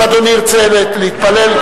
אם אדוני ירצה להתפלל,